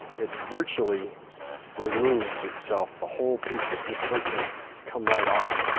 it virtually removes itself. the whole piece will just virtually come right off.